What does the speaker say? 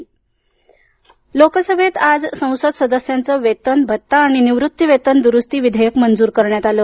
लोकसभा वेतन लोकसभेत आज संसद सदस्यांचे वेतन भत्ता आणि निवृत्तिवेतन दुरुस्ती विधेयक मंजूर करण्यात आलं